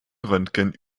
röntgen